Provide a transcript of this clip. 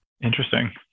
Interesting